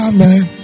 Amen